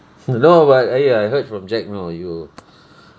no but !aiya! I heard from jack know you